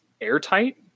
airtight